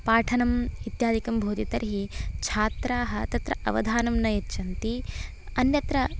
पाठनम् इत्यादिकं भवति तर्हि छात्राः तत्र अवधानं न यच्छन्ति अन्यत्र